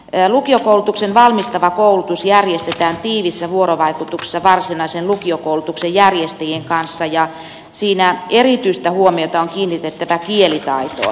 lukiokoulutukseen valmistava koulutus järjestetään tiiviissä vuorovaikutuksessa varsinaisen lukiokoulutuksen järjestä jien kanssa ja siinä erityistä huomiota on kiinnitettävä kielitaitoon